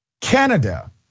Canada